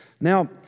Now